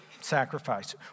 sacrifice